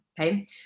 Okay